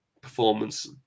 performance